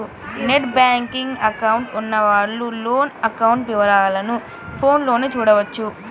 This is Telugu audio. నెట్ బ్యేంకింగ్ అకౌంట్ ఉన్నవాళ్ళు లోను అకౌంట్ వివరాలను ఫోన్లోనే చూడొచ్చు